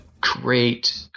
great –